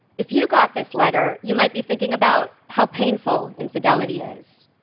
if you got this letter, you might be thinking about how painful infidelity is.